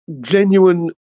genuine